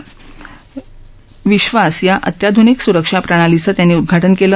विसवास या अत्याध्निक स्रक्षा प्रणालीचं त्यांनी उद्धाटन केलं